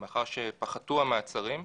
מאחר שפחתו המעצרים,